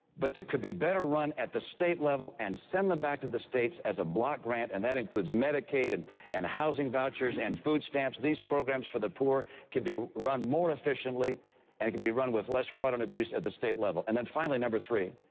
but that could be better run at the state level and send them back to the states as a block grant and that included medicaid and and housing vouchers and food stamps. these programs for the poor, to be run more efficiently and can be run with less fraud and abuse at the state level. and then finally number three,